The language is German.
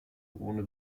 ohne